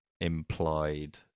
implied